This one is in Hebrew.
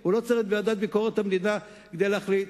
הוא לא צריך את הוועדה לביקורת המדינה כדי להחליט.